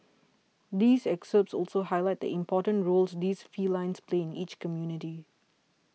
these excerpts also highlight the important roles these felines play in each community